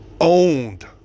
owned